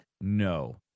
No